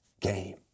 game